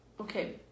okay